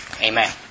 Amen